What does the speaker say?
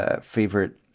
favorite